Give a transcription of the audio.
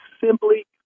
simply